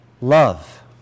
Love